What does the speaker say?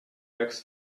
bags